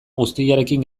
guztiarekin